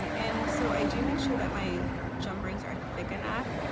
and so i do make sure that my jump rings are thick enough